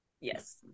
Yes